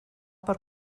per